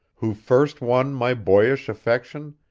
who first won my boyish affection,